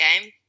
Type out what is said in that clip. game